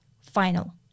final